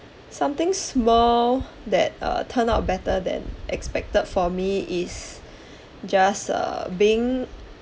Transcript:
somethings small that uh turn out better than expected for me is just uh being